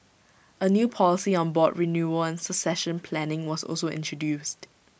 A new policy on board renewal and succession planning was also introduced